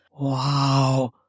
wow